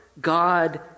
God